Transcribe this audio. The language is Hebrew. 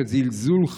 שזלזול,